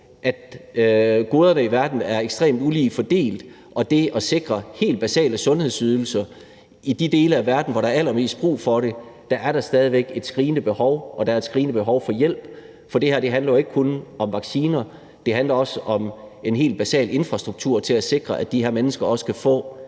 at goderne i verden er ekstremt ulige fordelt, og i forhold til det at sikre helt basale sundhedsydelser i de dele af verden, hvor der er allermest brug for det, er der stadig væk et skrigende behov, og der er et skrigende behov for hjælp, for det her handler ikke kun om vacciner, det handler også om en helt basal infrastruktur til at sikre, at de her mennesker også kan få